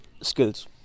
skills